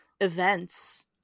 events